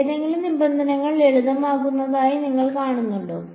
ഏതെങ്കിലും നിബന്ധനകൾ ലളിതമാക്കുന്നതായി നിങ്ങൾ കാണുന്നുണ്ടോ